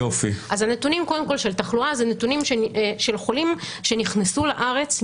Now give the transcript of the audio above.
הנתונים של תחלואה הם נתונים של חולים שנכנסו לארץ,